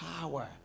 power